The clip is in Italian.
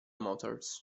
motors